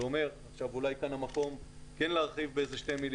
זה אומר ואולי כאן המקום כן להרחיב בשתי מלים